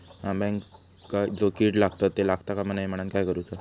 अंब्यांका जो किडे लागतत ते लागता कमा नये म्हनाण काय करूचा?